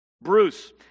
Bruce